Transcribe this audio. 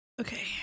Okay